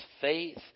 faith